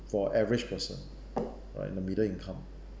for average person right the middle income